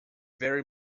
very